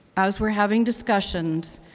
as we're having discussions,